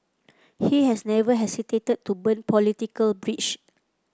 he has never hesitated to burn political bridges